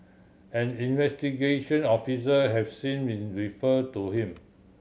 an investigation officer has since been referred to him